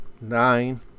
nine